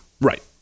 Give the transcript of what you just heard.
right